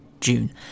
June